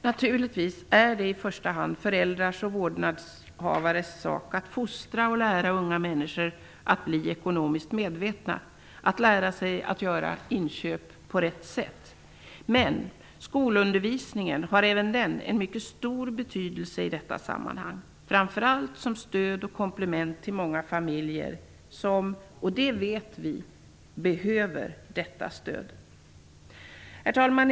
Naturligtvis är det i första hand föräldrars och vårdnadshavares sak att fostra och lära unga människor att bli ekonomiskt medvetna och att lära sig göra inköp på rätt sätt. Men även skolundervisningen har stor betydelse i detta sammanhang, framför allt som stöd och komplement till många familjer som, det vet vi, behöver detta stöd. Herr talman!